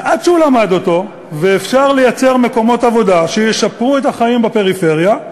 ועד שהוא למד אותו ואפשר לייצר מקומות עבודה שישפרו את החיים בפריפריה,